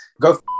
go